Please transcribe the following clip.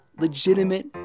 legitimate